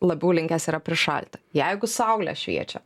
labiau linkęs yra prišalti jeigu saulė šviečia